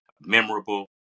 memorable